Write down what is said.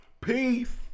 Peace